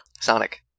Sonic